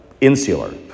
insular